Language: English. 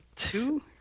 two